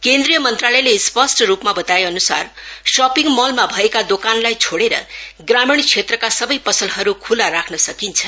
केन्द्रीय मंत्रालयले स्पष्ट रूपमा बताएअनुसार सपिङ मलमा भएका दोकानलाई छोडेर ग्रामीण क्षेत्रका सबै पसलहरू खुला राख्न सकिन्छ